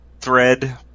thread